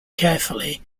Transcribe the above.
carefully